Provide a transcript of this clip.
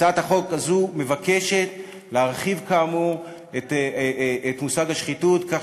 הצעת החוק הזאת מבקשת להרחיב כאמור את המושג "שחיתות" כך